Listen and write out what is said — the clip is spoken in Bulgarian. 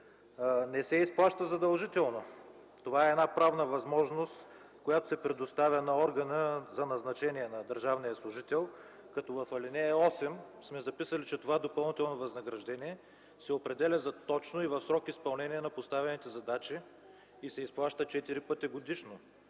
не се изплаща задължително. Това е правна възможност, която се предоставя на органа по назначение на държавния служител. В ал. 8 сме записали, че това допълнително възнаграждение се определя за точно и в срок изпълнение на поставените задачи и се изплаща четири пъти годишно.